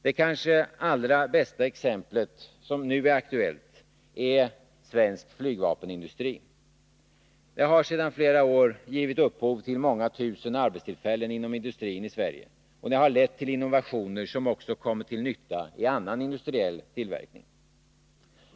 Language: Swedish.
Det kanske allra bästa exemplet som nu är aktuellt är svensk flygindustri. Den har sedan flera år givit upphov till många tusen arbetstillfällen inom industrin i Sverige, och den har lett till innovationer som också kommit till nytta i annan industriell tillverkning.